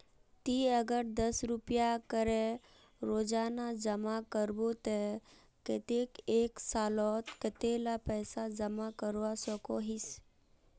ती अगर दस रुपया करे रोजाना जमा करबो ते कतेक एक सालोत कतेला पैसा जमा करवा सकोहिस?